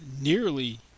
nearly